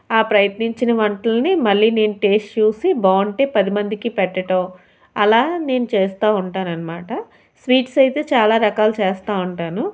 ఆ ప్రయత్నించిన వంటల్ని మళ్ళీ నేను టేస్ట్ చూసి బాగుంటే పదిమందికి పెట్టడం అలా నేను చేస్తూ ఉంటాను అన్నమాట స్వీట్స్ అయితే చాలా రకాలు చేస్తూ ఉంటాను